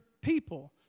people